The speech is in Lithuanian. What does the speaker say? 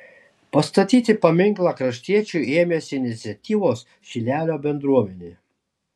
pastatyti paminklą kraštiečiui ėmėsi iniciatyvos šilelio bendruomenė